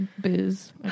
Biz